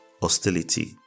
hostility